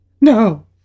No